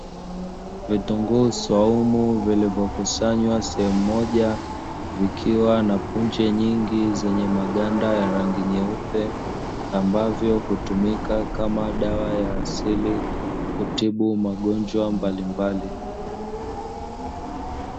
Vitunguu swaumu vilivyokusanywa sehemu moja, vikiwa na punje nyingi zenye maganda ya rangi nyeupe, ambavyo hutumika kama dawa ya asili, kutibu magonjwa mbalimbali.